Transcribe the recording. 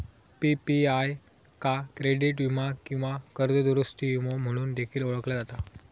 PPI का credit वीमा किंवा कर्ज दुरूस्ती विमो म्हणून देखील ओळखला जाता